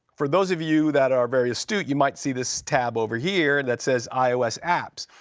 for those of you that are very astute, you might see this tab over here that says ios apps.